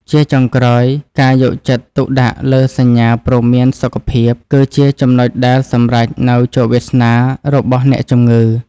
ជាចុងក្រោយ ការយកចិត្តទុកដាក់លើសញ្ញាព្រមានសុខភាព គឺជាចំណុចដែលសម្រេចនូវជោគវាសនារបស់អ្នកជំងឺ។